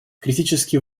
критически